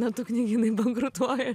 natų knygynai bankrutuoja